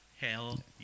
Hell